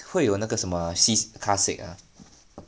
会有那个什么 sea car sick ah